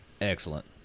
excellent